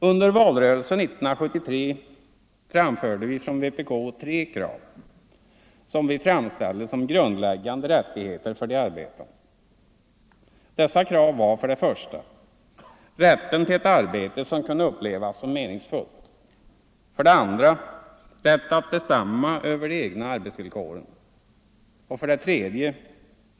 Under valrörelsen 1973 framförde vi från vpk tre krav som vi framställde som grundläggande rättigheter för de arbetande. Dessa var: 1. Rätt till ett arbete som kunde upplevas som meningsfullt. 2. Rätt att bestämma över de egna arbetsvillkoren. 3.